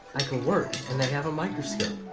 i could work and they have a microscope.